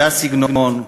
זה הסגנון,